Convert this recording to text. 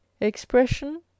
expression